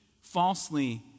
falsely